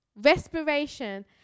Respiration